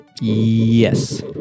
Yes